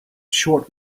short